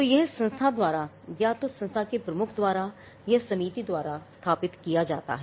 तो यह संस्था द्वारा या तो संस्था के प्रमुख द्वारा या समिति द्वारा स्थापित किया जाना है